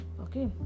Okay